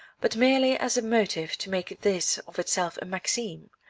but merely as a motive to make this of itself a maxim.